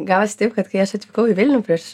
gavosi taip kad kai aš atvykau į vilnių prieš